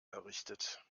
errichtet